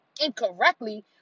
incorrectly